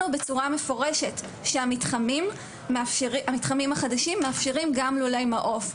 בצורה מפורשת שהמתחמים החדשים מאפשרים גם לולי מעוף.